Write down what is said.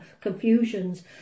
confusions